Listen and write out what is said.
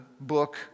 book